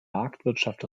marktwirtschaft